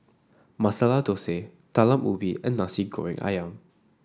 Masala Thosai Talam Ubi and Nasi Goreng ayam